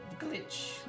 glitch